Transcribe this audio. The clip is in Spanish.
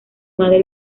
madre